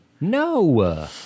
No